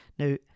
Now